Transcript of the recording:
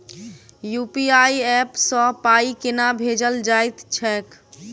UPI app सँ पाई केना भेजल जाइत छैक?